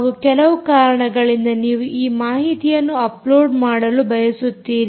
ಹಾಗೂ ಕೆಲವು ಕಾರಣಗಳಿಂದ ನೀವು ಈ ಮಾಹಿತಿಯನ್ನು ಅಪ್ಲೋಡ್ ಮಾಡಲು ಬಯಸುತ್ತೀರಿ